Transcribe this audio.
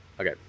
Okay